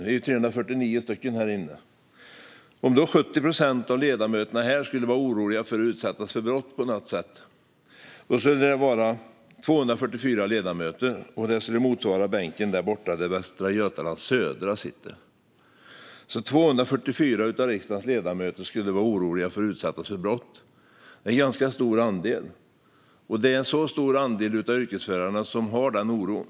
Vi är 349 ledamöter, och om 70 procent av ledamöterna skulle vara oroliga för att utsättas för brott på något sätt skulle det innebära 244 ledamöter. Det skulle motsvara alla till och med bänken där borta, där Västra Götalands södra valkrets sitter. 244 av riksdagens ledamöter skulle alltså vara oroliga för att utsättas för brott. Det är en ganska stor andel, och en så stor andel av yrkesförarna har alltså den oron.